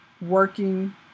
working